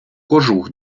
кожух